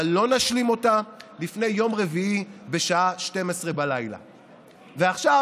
אבל לא נשלים אותה לפני יום רביעי בשעה 24:00. ועכשיו